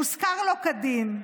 זה מושכר לו כדין.